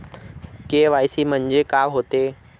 KYC म्हंनजे का होते?